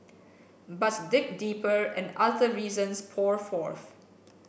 but dig deeper and other reasons pour forth